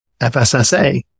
FSSA